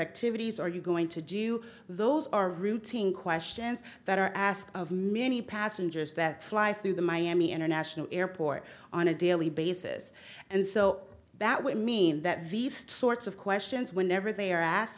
activities are you going to do those are routine questions that are asked of many passengers that fly through the miami international airport on a daily basis and so that would mean that these sorts of questions whenever they are ask